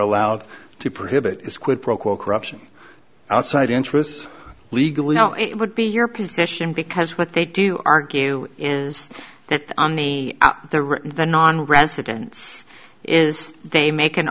allowed to prohibit is quid pro quo corruption outside interests legally how it would be your position because what they do argue is that on the the written the nonresidents is they make an